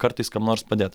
kartais kam nors padėt